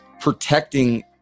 protecting